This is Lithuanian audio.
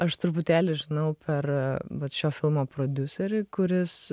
aš truputėlį žinau per vat šio filmo prodiuserį kuris